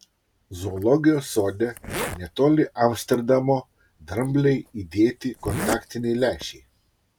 zoologijos sode netoli amsterdamo dramblei įdėti kontaktiniai lęšiai